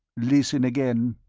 listen again.